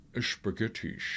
spaghetti